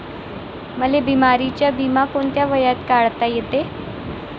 मले बिमारीचा बिमा कोंत्या वयात काढता येते?